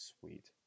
Sweet